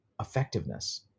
effectiveness